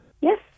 Yes